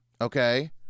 Okay